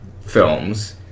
films